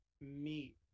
meat